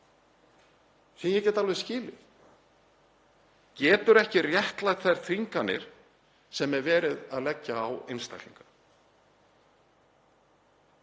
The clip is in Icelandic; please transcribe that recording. sem ég get alveg skilið, getur ekki réttlætt þær þvinganir sem verið er að leggja á einstaklinga.